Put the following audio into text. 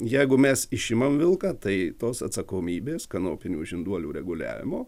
jeigu mes išimam vilką tai tos atsakomybės kanopinių žinduolių reguliavimo